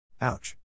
Ouch